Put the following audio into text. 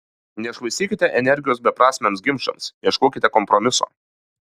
nešvaistykite energijos beprasmiams ginčams ieškokite kompromiso